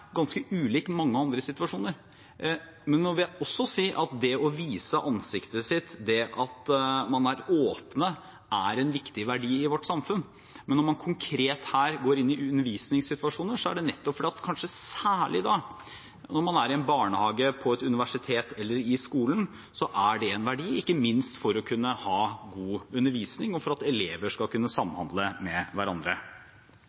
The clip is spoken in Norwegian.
ganske ulik mange andre situasjoner. Jeg vil også si at det å vise ansiktet sitt, det at man er åpen, er en viktig verdi i vårt samfunn. Når man her konkret går inn i undervisningssituasjoner, så er det nettopp fordi at kanskje særlig da, når man er i en barnehage, på et universitet eller i skolen, så er det en verdi, ikke minst for å kunne ha god undervisning og for at elever skal kunne